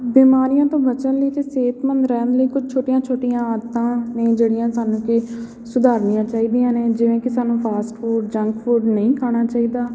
ਬਿਮਾਰੀਆਂ ਤੋਂ ਬਚਣ ਲਈ ਅਤੇ ਸਿਹਤਮੰਦ ਰਹਿਣ ਲਈ ਕੁਛ ਛੋਟੀਆਂ ਛੋਟੀਆਂ ਆਦਤਾਂ ਨੇ ਜਿਹੜੀਆਂ ਸਾਨੂੰ ਕਿ ਸੁਧਾਰਨੀਆਂ ਚਾਹੀਦੀਆਂ ਨੇ ਜਿਵੇਂ ਕਿ ਸਾਨੂੰ ਫਾਸਟ ਫੂਡ ਜੰਕ ਫੂਡ ਨਹੀਂ ਖਾਣਾ ਚਾਹੀਦਾ